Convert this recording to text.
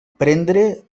prendre